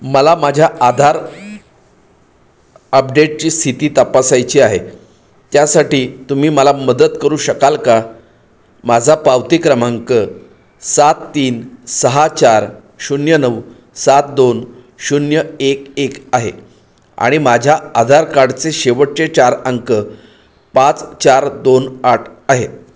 मला माझ्या आधार अपडेटची स्थिती तपासायची आहे त्यासाठी तुम्ही मला मदत करू शकाल का माझा पावती क्रमांक सात तीन सहा चार शून्य नऊ सात दोन शून्य एक एक आहे आणि माझ्या आधार कार्डचे शेवटचे चार अंक पाच चार दोन आठ आहे